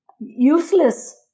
useless